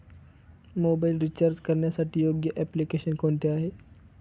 Mobile recharge करण्यासाठी योग्य application कोणते आहे?